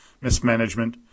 mismanagement